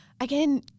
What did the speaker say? again